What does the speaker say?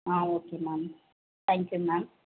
ah okay ma'am thank you ma'am